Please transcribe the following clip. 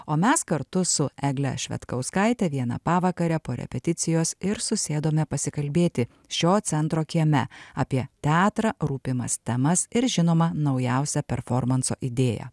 o mes kartu su egle švedkauskaite vieną pavakarę po repeticijos ir susėdome pasikalbėti šio centro kieme apie teatrą rūpimas temas ir žinoma naujausią performanso idėją